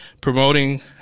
promoting